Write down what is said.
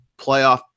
playoff